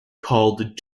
called